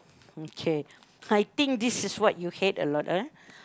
okay I think this is what you hate a lot ah